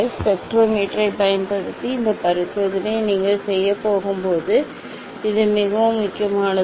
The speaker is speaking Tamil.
ஸ்பெக்ட்ரோமீட்டரைப் பயன்படுத்தி இந்த பரிசோதனையை நீங்கள் செய்யப் போகும்போது இது மிகவும் முக்கியமானது